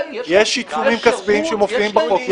יש עיצומים כספים שמופיעים בחוק.